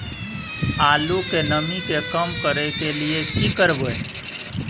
आलू के नमी के कम करय के लिये की करबै?